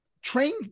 trained